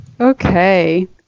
Okay